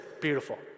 Beautiful